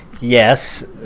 yes